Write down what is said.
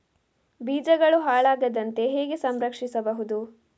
ಬೀಜಗಳು ಹಾಳಾಗದಂತೆ ಹೇಗೆ ಸಂರಕ್ಷಿಸಬಹುದು?